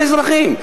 באזרחים?